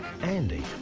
andy